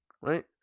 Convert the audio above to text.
Right